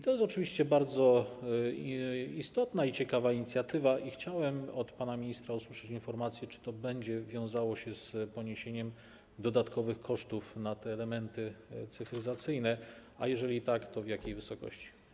To jest oczywiście bardzo istotna i ciekawa inicjatywa i chciałem od pana ministra usłyszeć informację, czy to będzie wiązało się z poniesieniem dodatkowych kosztów na te elementy cyfryzacyjne, a jeżeli tak, to w jakiej wysokości.